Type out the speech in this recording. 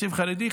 תקציב חרדי,